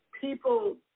people